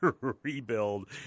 rebuild